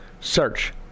Search